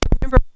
remember